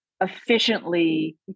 efficiently